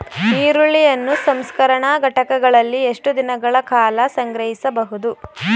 ಈರುಳ್ಳಿಯನ್ನು ಸಂಸ್ಕರಣಾ ಘಟಕಗಳಲ್ಲಿ ಎಷ್ಟು ದಿನಗಳ ಕಾಲ ಸಂಗ್ರಹಿಸಬಹುದು?